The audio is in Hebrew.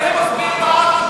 אם אין לחם,